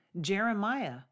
Jeremiah